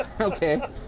Okay